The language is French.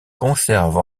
conserve